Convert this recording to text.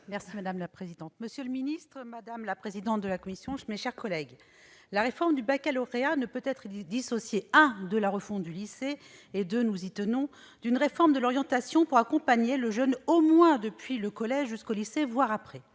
Mme Sonia de la Provôté. Monsieur le ministre, madame la présidente de la commission, mes chers collègues, la réforme du baccalauréat ne peut être dissociée de la refonte du lycée et- nous y tenons -d'une réforme de l'orientation pour accompagner le jeune au moins depuis le collège jusqu'au lycée, voire après.